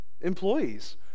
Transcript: employees